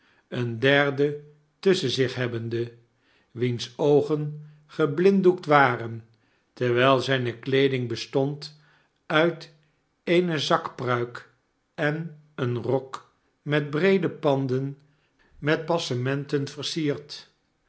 een derden tusschen zich hebbende wiens oogen geblinddoekt waren terwijl zijne kleeding bestond uit eene zakpruik en e n rok met breede panden met passementen versierd